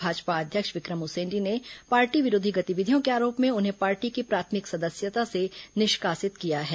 भाजपा अध्यक्ष विक्रम उसेंडी ने पार्टी विरोधी गतिविधियों के आरोप में उन्हें पार्टी की प्राथमिक सदस्यता से निष्कासित किया है